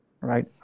right